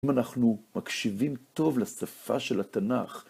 אם אנחנו מקשיבים טוב לשפה של התנ״ך,